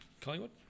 Collingwood